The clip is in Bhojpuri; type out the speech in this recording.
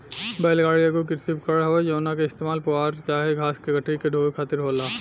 बैल गाड़ी एगो कृषि उपकरण हवे जवना के इस्तेमाल पुआल चाहे घास के गठरी के ढोवे खातिर होला